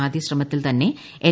ആദ്യശ്രമത്തിൽ തന്നെ എൻ